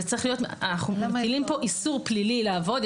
אנחנו מטילים כאן איסור פלילי לעבוד.